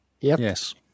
Yes